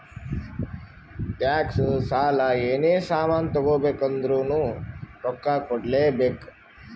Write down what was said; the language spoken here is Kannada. ಟ್ಯಾಕ್ಸ್, ಸಾಲ, ಏನೇ ಸಾಮಾನ್ ತಗೋಬೇಕ ಅಂದುರ್ನು ರೊಕ್ಕಾ ಕೂಡ್ಲೇ ಬೇಕ್